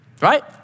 right